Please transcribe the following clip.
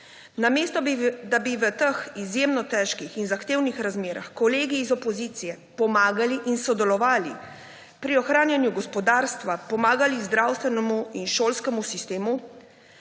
Namesto da bi v teh izjemno težkih in zahtevnih razmerah kolegi iz opozicije pomagali in sodelovali pri ohranjanju gospodarstva, pomagali zdravstvenemu in šolskemu sistemu,